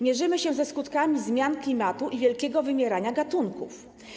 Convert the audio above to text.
Mierzymy się ze skutkami zmian klimatu i wielkiego wymierania gatunków.